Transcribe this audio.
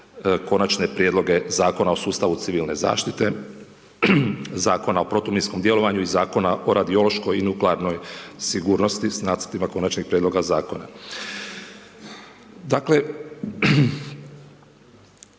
Konačne prijedloge Zakona o sustavu civilne zaštite, Zakona o protuminskom djelovanju i Zakona o radiološkoj i nuklearnoj sigurnosti s nacrtima Konačnih prijedloga Zakona.